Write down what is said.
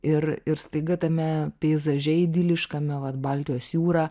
ir ir staiga tame peizaže idiliškame vat baltijos jūra